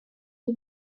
you